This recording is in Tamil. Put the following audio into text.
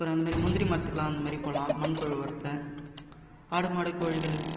அப்புறம் இந்த மாதிரி முந்திரி மரத்துக்கெலாம் இந்த மாதிரி போடலாம் மண் புழு உரத்த ஆடு மாடு கோழிகள்